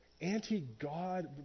anti-God